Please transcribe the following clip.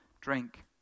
drink